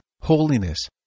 holiness